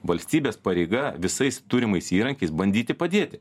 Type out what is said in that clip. valstybės pareiga visais turimais įrankiais bandyti padėti